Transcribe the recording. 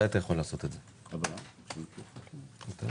תודה